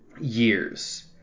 years